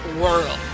world